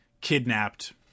kidnapped